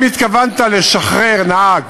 אם התכוונת לשחרר נהג